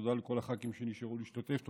ותודה לכל הח"כים שנשארו להשתתף.